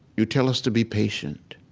you tell us to be patient.